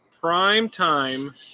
prime-time